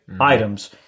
items